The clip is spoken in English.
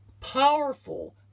powerful